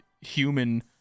human